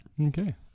okay